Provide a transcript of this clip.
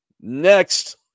Next